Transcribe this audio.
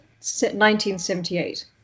1978